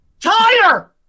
tire